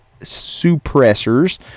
suppressors